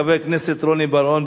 חבר הכנסת רוני בר-און,